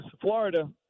Florida